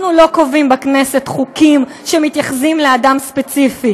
אנחנו לא קובעים בכנסת חוקים שמתייחסים לאדם ספציפי.